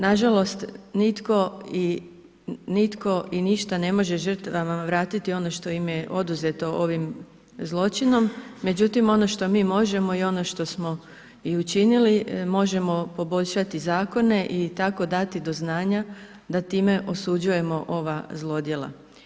Nažalost nitko i ništa ne može žrtvama vratiti ono što im je oduzeto ovim zločinom međutim ono što mi možemo i ono što smo i učinili, možemo poboljšati zakone i tako dati do znanja da time osuđujemo ova zlodjela.